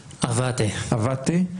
אבטה,